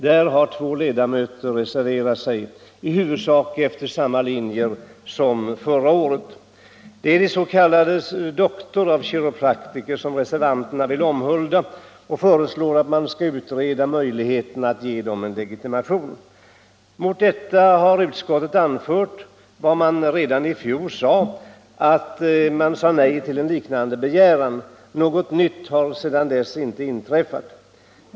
Där har två ledamöter reserverat sig, i huvudsak efter samma linje som förra året. Det är de s.k. Doctors of Chiropractic som reservanterna vill omhulda, och reservanterna föreslår att man skall utreda möjligheterna att ge Doctors of Chiropractic legitimation. Mot detta har utskottet anfört att man redan i fjol sade nej till en liknande begäran. Något nytt har inte skett sedan dess.